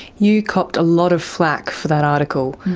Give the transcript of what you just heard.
you copped a lot of flak for that article.